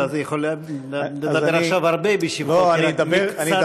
אז אתה יכול לדבר עכשיו הרבה בשבחו, כי מקצת,